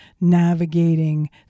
navigating